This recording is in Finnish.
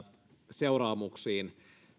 seuraamuksiin